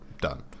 done